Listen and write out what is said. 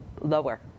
lower